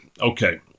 Okay